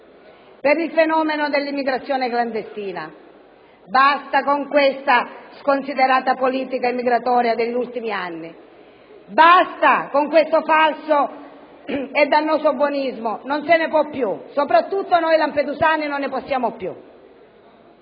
al fenomeno dell'immigrazione clandestina. Basta con la sconsiderata politica immigratoria di questi ultimi anni! Basta con questo falso e dannoso buonismo, non se ne può più! Soprattutto noi lampedusani non ne possiamo più!